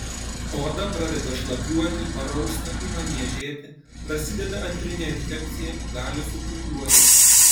oda pradeda šlapiuoti parausta ima niežėti prasideda antrinė infekcija gali supūliuoti